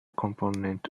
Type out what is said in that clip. component